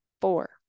Four